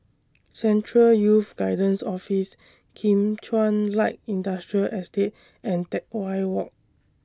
Central Youth Guidance Office Kim Chuan Light Industrial Estate and Teck Whye Walk